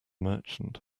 merchant